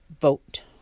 Vote